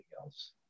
else